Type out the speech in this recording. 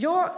Jag